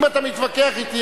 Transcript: אם אתה מתווכח אתי,